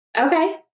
Okay